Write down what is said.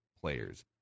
players